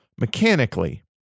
mechanically